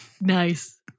Nice